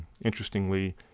Interestingly